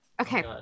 Okay